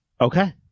Okay